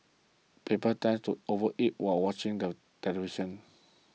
people tend to overeat while watching the television